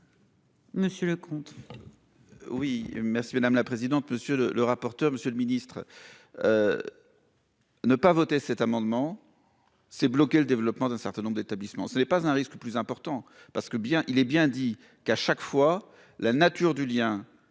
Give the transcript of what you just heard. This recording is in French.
Monsieur le comte.